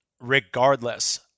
regardless